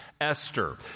Esther